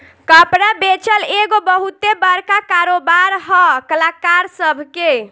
कपड़ा बेचल एगो बहुते बड़का कारोबार है कलाकार सभ के